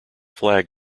flag